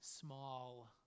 small